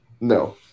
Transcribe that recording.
No